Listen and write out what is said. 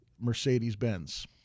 Mercedes-Benz